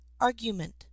Argument